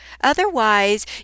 Otherwise